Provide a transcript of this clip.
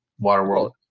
Waterworld